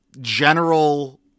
general